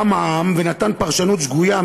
בא מע"מ ונתן פרשנות שגויה,